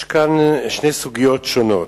יש כאן שתי סוגיות שונות.